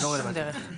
לא רלוונטי.